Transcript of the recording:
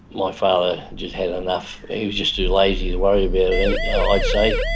my father just had enough. he was just too lazy to worry about and it yeah i'd say.